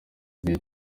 igihe